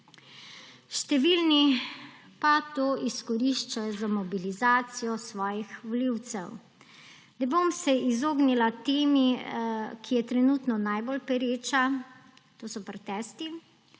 Številni pa to izkoriščajo za mobilizacijo svojih volivcev. Ne bom se izognila temi, ki je trenutno najbolj pereča, to so protesti.